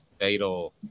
fatal